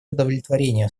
удовлетворение